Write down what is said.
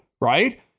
Right